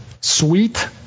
Sweet